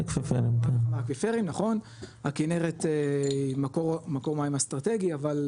כן נכון, הכינרת היא מקור מים אסטרטגי, אבל